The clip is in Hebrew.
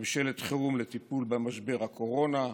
ממשלת חירום לטיפול במשבר הקורונה,